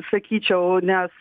sakyčiau nes